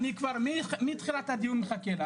אני מתחילת הדיון מחכה.